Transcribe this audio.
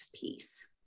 piece